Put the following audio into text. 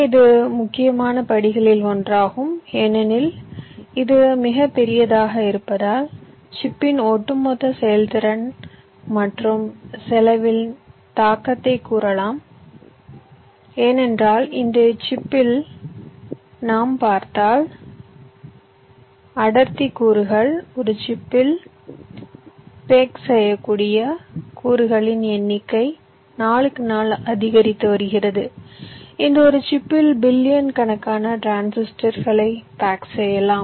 எனவே இது மிக முக்கியமான படிகளில் ஒன்றாகும் ஏனெனில் இது மிகப் பெரியதாக இருப்பதால் சிப்பின் ஒட்டுமொத்த செயல்திறன் மற்றும் செலவில் தாக்கத்தை கூறலாம் ஏனென்றால் இன்றைய சிப்பில் பார்த்தால் அடர்த்தி கூறுகள் ஒரு சிப்பில் பேக் செய்யக்கூடிய கூறுகளின் எண்ணிக்கை நாளுக்கு நாள் அதிகரித்து வருகிறது இன்று ஒரு சிப்பில் பில்லியன் கணக்கான டிரான்சிஸ்டர்களை பேக் செய்யலாம்